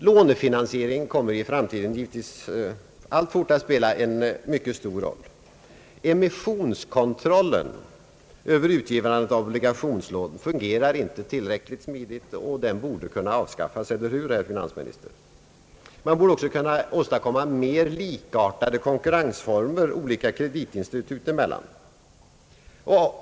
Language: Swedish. Lånefinansiering kommer i framtiden gi vetvis alltfort att spela en mycket stor roll. Emissionskontrollen över utgivandet av obligationslån fungerar inte tillräckligt smidigt och bör kunna avskaffas, eller hur herr finansminister? Man bör också kunna åstadkomma mer likartade konkurrensformer mellan olika kreditinstitut.